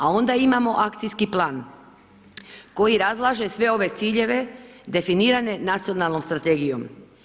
A onda imamo akcijski plan, koji razlaže sve ove ciljeve, definiranje nacionalnoj strategijom.